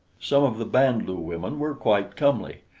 some of the band-lu women were quite comely.